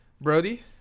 Brody